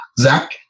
zach